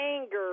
anger